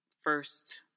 first